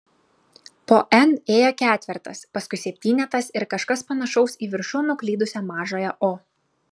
po n ėjo ketvertas paskui septynetas ir kažkas panašaus į viršun nuklydusią mažąją o